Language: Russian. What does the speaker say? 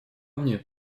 мне